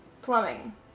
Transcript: Plumbing